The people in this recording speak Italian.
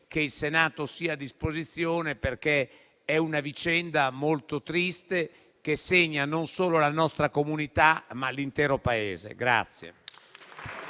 Grazie.